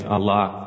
Allah